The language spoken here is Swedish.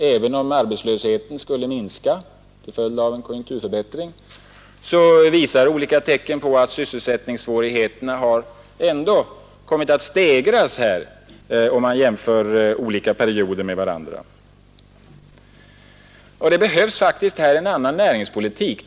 Även om arbetslösheten skulle minska till följd av en konjunkturförbättring, så visar jämförelser mellan olika perioder att sysselsättningssvårigheterna ändå kommit att stegras. Det behövs faktiskt en annan näringspolitik.